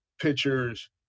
pictures